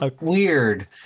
weird